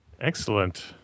Excellent